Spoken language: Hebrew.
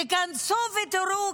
תיכנסו ותראו,